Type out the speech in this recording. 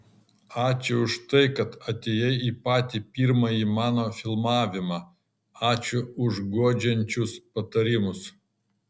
ačiū už tai kad atėjai į patį pirmąjį mano filmavimą ačiū už guodžiančius patarimus